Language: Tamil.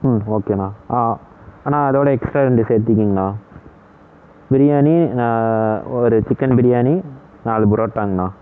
ம் ஓகேண்ணா ஆ அண்ணா அதோடு எக்ஸ்ட்ரா ரெண்டு சேர்த்துக்கங்கண்ணா பிரியாணி ஒரு சிக்கன் பிரியாணி நாலு புரோட்டாங்கண்ணா